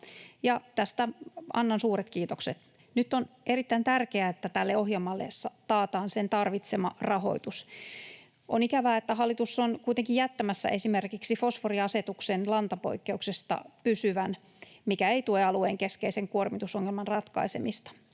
tästä annan suuret kiitokset. Nyt on erittäin tärkeää, että tälle ohjelmalle taataan sen tarvitsema rahoitus. On ikävää, että hallitus on kuitenkin jättämässä esimerkiksi fosforiasetuksen lantapoikkeuksesta pysyvän, mikä ei tue alueen keskeisen kuormitusongelman ratkaisemista.